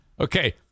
Okay